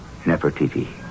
Nefertiti